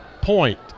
point